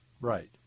right